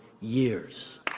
years